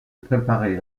préparer